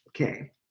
Okay